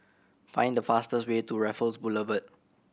find the fastest way to Raffles Boulevard